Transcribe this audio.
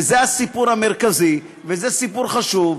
וזה הסיפור המרכזי, וזה סיפור חשוב.